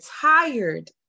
tired